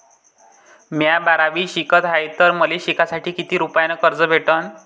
म्या बारावीत शिकत हाय तर मले शिकासाठी किती रुपयान कर्ज भेटन?